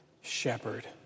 shepherd